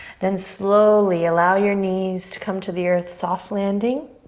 then slowly allow your knees to come to the earth, soft landing.